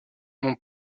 mon